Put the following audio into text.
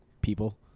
people